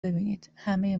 ببینیدهمه